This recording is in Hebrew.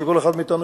של כל אחד מאתנו,